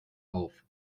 auf